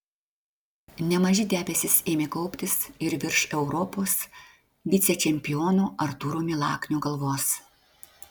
nemaži debesys ėmė kauptis ir virš europos vicečempiono artūro milaknio galvos